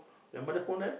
your mother phone have